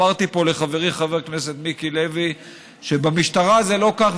אמרתי לחברי חבר הכנסת מיקי לוי שבמשטרה זה לא כך,